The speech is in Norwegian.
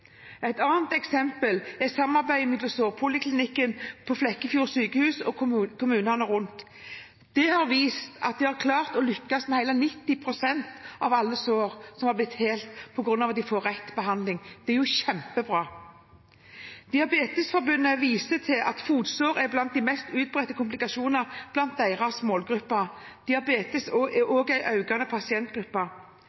Et annet eksempel er samarbeidet mellom sårpoliklinikken på Flekkefjord sykehus og kommunene rundt. Det har vist at de har klart å lykkes med hele 90 pst. av alle sår, som har blitt helet på grunn av at de får rett behandling. Det er jo kjempebra. Diabetesforbundet viser til at fotsår er blant de mest utbredte komplikasjonene i deres